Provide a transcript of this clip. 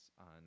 on